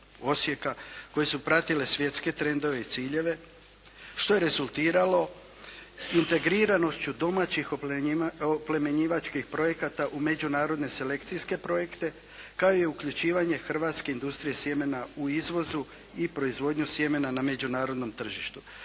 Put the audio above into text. koje su pratile svjetske trendove i ciljeve što je rezultiralo integriranošću domaćih oplemenjivačkih projekata u međunarodne selekcijske projekte kao i uključivanje hrvatske industrije sjemena u izvozu i proizvodnju sjemena na međunarodnom tržištu.